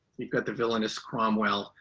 you've got the villainous cromwell,